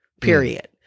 period